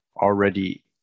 already